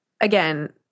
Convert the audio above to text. again